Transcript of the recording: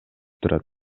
турат